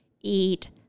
eat